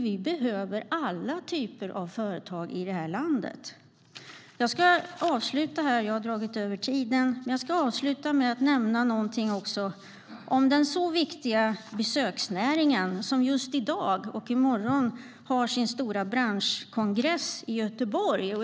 Vi behöver alla typer av företag i vårt land. Jag ska avsluta med att nämna någonting om den viktiga besöksnäringen, som just i dag och i morgon har sin stora branschkongress i Göteborg.